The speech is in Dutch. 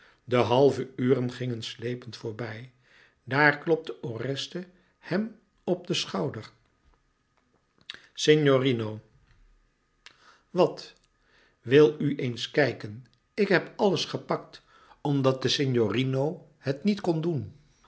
de halve uren gingen slepend voorbij daar klopte oreste hem op den schouder signorino wat wil u eens kijken ik heb alles gepakt omdat de signorino het niet kon doen